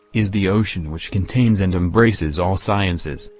is the ocean which contains and embraces all sciences,